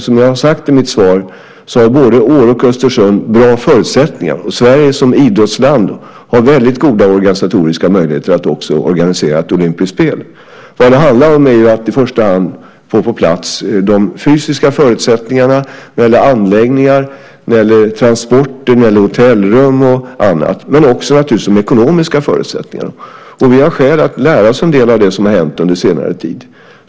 Som jag har sagt i mitt svar har både Åre och Östersund bra förutsättningar, och Sverige som idrottsland har väldigt goda organisatoriska möjligheter att organisera ett olympiskt spel. Vad det handlar om är att i första hand få på plats de fysiska förutsättningarna när det gäller anläggningar, transporter, hotellrum och annat. Men det handlar naturligtvis också om de ekonomiska förutsättningarna. Vi har skäl att lära oss en del av det som har hänt under senare tid.